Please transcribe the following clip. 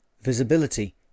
Visibility